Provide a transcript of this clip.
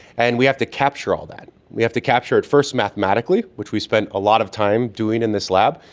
and we have to capture all that, we have to capture it first mathematically, which we spend a lot of time doing in this lab,